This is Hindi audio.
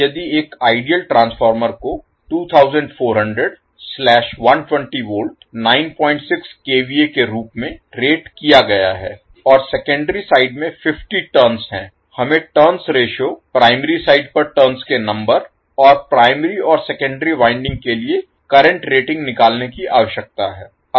अब यदि एक आइडियल ट्रांसफार्मर को 2400120 V 96 kVA के रूप में रेट किया गया है और सेकेंडरी साइड में 50 टर्न्स हैं हमें टर्न्स रेश्यो प्राइमरी साइड पर टर्न्स के नंबर और प्राइमरी और सेकेंडरी वाइंडिंग के लिए करंट रेटिंग निकालने की आवश्यकता है